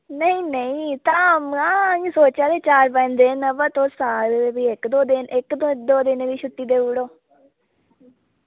नेईं नेईं धाम हां इ'य्यां सोचा दे चार पंज दिन पर तुस आखदे ते फ्ही इक दो दिन इक दो दिनें दी छुट्टी देऊड़ो